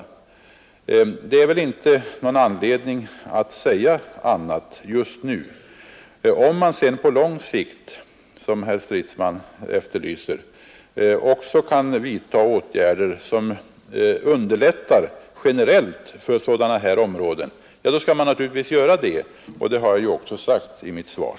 Om man sedan på lång sikt kan vidta åtgärder — något som herr Stridsman efterlyser — som generellt medför lättnader för sådana här områden, skall man naturligtvis göra det, och det har jag också sagt i mitt svar.